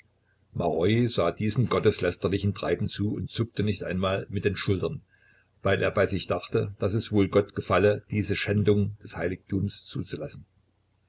diesem gotteslästerlichen treiben zu und zuckte nicht einmal mit den schultern weil er bei sich dachte daß es wohl gott gefalle diese schändung des heiligtums zuzulassen